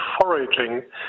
foraging